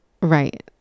Right